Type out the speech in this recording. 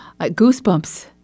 Goosebumps